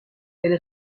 elle